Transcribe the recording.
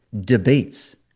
debates